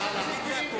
מה שציפי לבני עשתה,